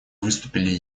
выступили